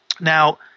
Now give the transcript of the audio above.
Now